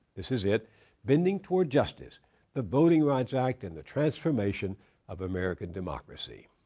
this is it bending toward justice the voting rights act and the transformation of american democracy.